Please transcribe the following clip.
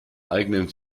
eigenen